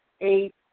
eight